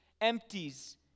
empties